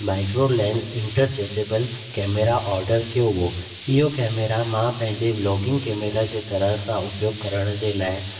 microlens interchangeable camera order कयो हुओ इहो कैमरा मां पंहिंजे व्लॉगिंग कैमरा जे तरह सां उपयोगु करण जे लाइ